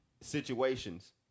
situations